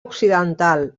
occidental